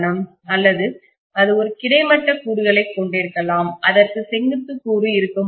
அல்லது அது ஒருகிடைமட்ட கூறுகளைக் கொண்டிருக்கலாம் அதற்கு செங்குத்து கூறு இருக்க முடியும்